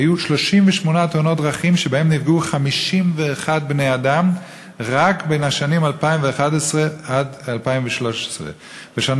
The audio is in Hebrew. היו 38 תאונות דרכים ונפגעו בהן 51 בני-אדם רק בשנים 2011 2013. בשנה